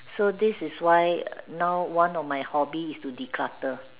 so this is why now one of my hobby is to declutter